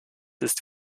ist